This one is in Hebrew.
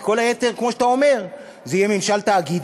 כי כל היתר, כמו שאתה אומר, זה יהיה ממשל תאגידי,